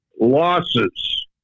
Losses